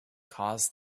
caused